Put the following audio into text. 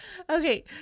Okay